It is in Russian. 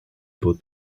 будут